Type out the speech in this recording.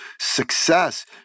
success